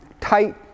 tight